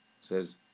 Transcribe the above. says